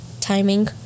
timing